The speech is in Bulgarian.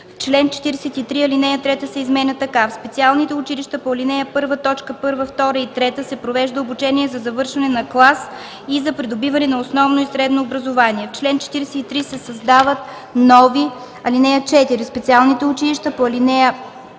В чл. 43, ал. 3 се изменя така: „В специалните училища по ал. 1, т. 1, 2 и 3 се провежда обучение за завършване на клас и за придобиване на основно и средно образование”. В чл. 43 се създават нови: „(4) В специалните училища по ал. 1, т.